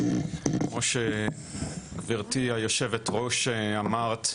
כמו שגברתי היו"ר אמרת,